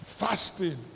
Fasting